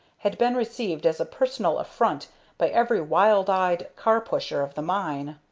had been received as a personal affront by every wild-eyed car-pusher of the mine.